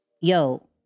yo